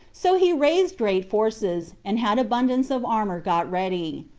so he raised great forces, and had abundance of armor got ready.